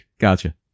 Gotcha